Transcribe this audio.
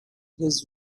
his